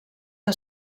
que